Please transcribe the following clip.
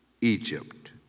Egypt